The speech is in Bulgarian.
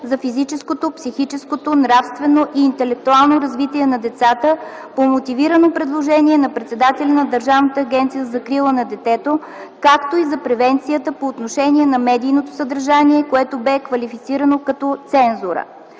за физическото, психическото, нравствено и интелектуално развитие на децата по мотивирано предложение на председателя на Държавната агенция за закрила на детето; както и за превенцията по отношение на медийното съдържание, което бе квалифицирано като „цензура”.